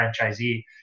franchisee